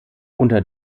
unter